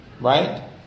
right